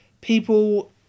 people